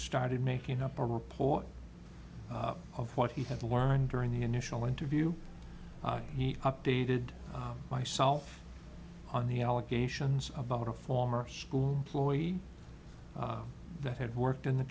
started making up a report of what he had learned during the initial interview he updated myself on the allegations about a former school ploy that had worked in the